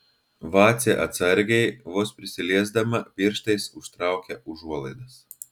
vacė atsargiai vos prisiliesdama pirštais užtraukia užuolaidas